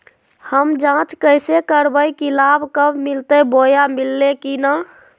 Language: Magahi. हम जांच कैसे करबे की लाभ कब मिलते बोया मिल्ले की न?